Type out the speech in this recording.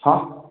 ꯍꯥ